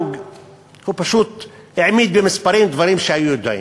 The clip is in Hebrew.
הוא פשוט העמיד במספרים דברים שהיו ידועים.